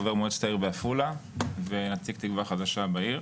חבר מועצת העיר בעפולה ונציג "תקווה חדשה" בעיר.